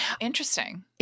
Interesting